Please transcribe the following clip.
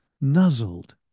nuzzled